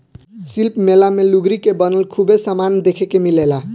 शिल्प मेला मे लुगरी के बनल खूबे समान देखे के मिलेला